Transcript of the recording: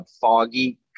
foggy